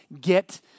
get